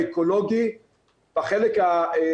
בדיוק כמו ארגוני נוער אחרים, אני חושב שהארגון